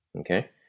Okay